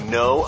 no